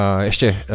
ještě